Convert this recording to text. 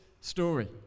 story